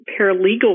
paralegal